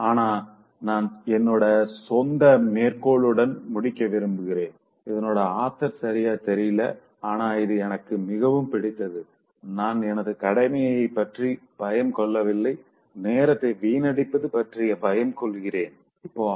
ஆனா நான் என்னோட சொந்த மேற்கோளுடன் முடிக்க விரும்புறேன் இதனோட ஆத்தர் சரியா தெரியல ஆனா இது எனக்கு மிகவும் பிடித்தது நான் எனது கடமை பற்றி பயம் கொள்ளவில்லை நேரத்த வீணடிப்பது பற்றி பயம் கொள்கிறேன்I dont fear commitment I feel wasting my time